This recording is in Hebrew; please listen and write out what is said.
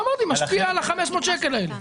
הבנתי, משפיע על ה-500 שקל האלה.